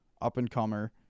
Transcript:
up-and-comer